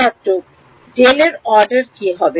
ছাত্র ডেল কি ঠিক অর্ডার করুন